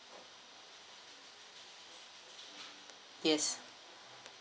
yes